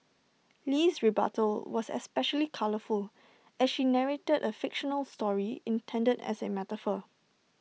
Lee's rebuttal was especially colourful as she narrated A fictional story intended as A metaphor